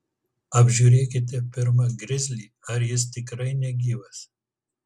apžiūrėkite pirma grizlį ar jis tikrai negyvas